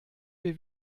wir